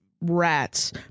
rats